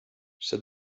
said